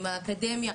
עם האקדמיה,